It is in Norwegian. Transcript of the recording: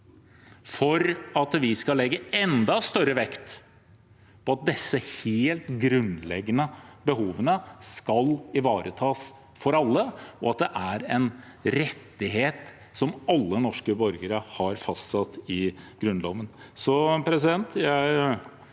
for at vi skal legge enda større vekt på at disse helt grunnleggende behovene skal ivaretas for alle, og at dette er rettigheter som alle norske borgere har, og som er fastsatt i Grunnloven. Jeg vil også